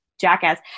jackass